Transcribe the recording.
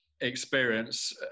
experience